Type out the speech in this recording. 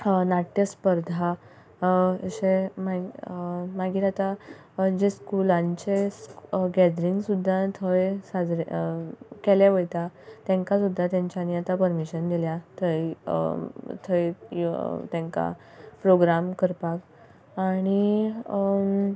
नाट्य स्पर्धा अशें मागीर येता जे स्कुलांचे गॅदरींग सुद्दां थंय साजरे केल्लें वयता तेंकां सुद्दां तेंच्यांनी आतां पर्मिशन दिल्या थंय थंय तेंकां प्रोग्राम करपाक आणी